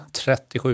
37%